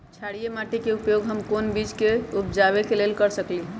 क्षारिये माटी के उपयोग हम कोन बीज के उपजाबे के लेल कर सकली ह?